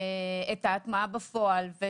את ההטמעה בפועל.